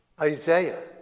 Isaiah